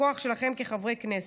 הכוח שלכם כחברי כנסת.